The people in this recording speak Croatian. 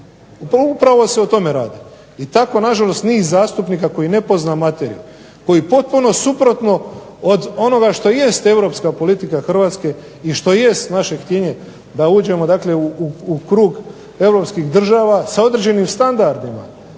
Upravo se o tome radi. I tako na žalost niz zastupnika koji ne pozna materiju, koji potpuno suprotno od onoga što jest Europska politika Hrvatske i što jest naše htijenje da uđemo u krug europskih država s određenim standardima,